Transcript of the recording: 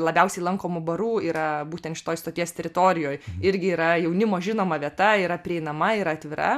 labiausiai lankomų barų yra būtent šitoj stoties teritorijoj irgi yra jaunimo žinoma vieta yra prieinama yra atvira